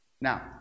Now